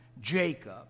Jacob